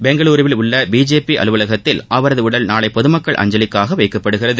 பெங்களூருவில் உள்ள பிஜேபி அலுவலகத்தில் அவரது உடல் நாளை பொதமக்கள் அஞ்சலிக்காக வைக்கப்படுகிறது